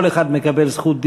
כל אחד מקבל זכות דיבור.